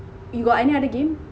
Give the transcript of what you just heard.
you got any other game